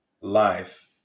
life